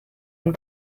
and